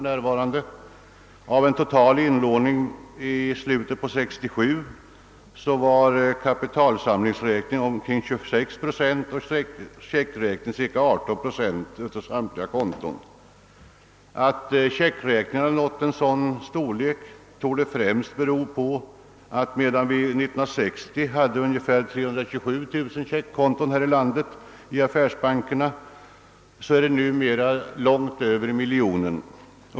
Av den totala inlåningen i slutet av 1967 utgjorde medlen på kapitalsamlingsräkning cirka 27 procent och medlen på checkräkning 18 procent. Att checkräkningarna nått en sådan storlek torde främst bero på det förhållandet att antalet dylika konton i landets affärsbanker från att år 1960 ha varit ungefär 327 000 numera ökat till långt mera än 1 miljon.